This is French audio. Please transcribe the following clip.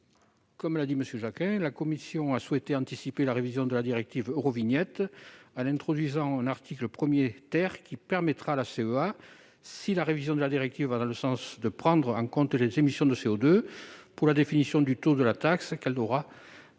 Comme l'a indiqué M. Jacquin, la commission a souhaité anticiper la révision de la directive Eurovignette en introduisant un article 1 , qui permettra à la CEA, si la révision de la directive va dans ce sens, de prendre en compte des émissions de CO2 pour la définition du taux de la taxe qu'elle aura mise